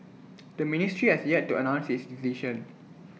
the ministry has yet to announce its decision